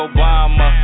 Obama